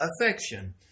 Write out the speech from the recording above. affection